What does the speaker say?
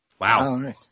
Wow